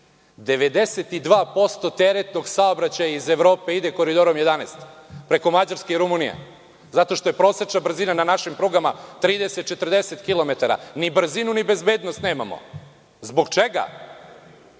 teretnog saobraćaja iz Evrope ide Koridorom 11 preko Mađarske i Rumunije, zato što je prosečna brzina na našim prugama 30, 40 kilometara, ni brzinu, ni bezbednost nemamo. Zbog čega?